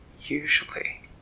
usually